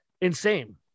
insane